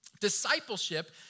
Discipleship